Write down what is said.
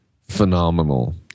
phenomenal